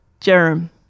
Jerem